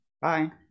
Bye